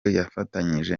yafatanyije